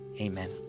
amen